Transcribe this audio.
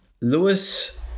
Lewis